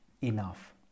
enough